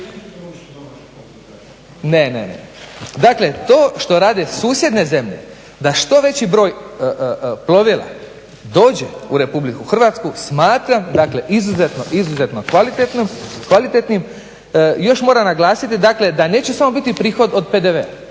Ne, ne. Dakle, to što rade susjedne zemlje da što veći broj plovila dođe u RH smatra dakle izuzetno, izuzetno kvalitetnim. Još moram naglasiti da neće samo biti prihod od PDV-a